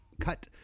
cut